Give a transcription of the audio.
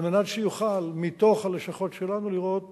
על מנת שיוכל, מתוך הלשכות שלנו, לראות